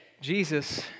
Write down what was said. Jesus